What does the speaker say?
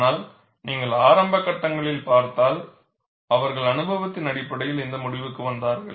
ஆனால் நீங்கள் ஆரம்ப கட்டங்களைப் பார்த்தால் அவர்கள் அனுபவத்தின் அடிப்படையில் இந்த முடிவுக்கு வந்தார்கள்